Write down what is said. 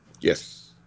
Yes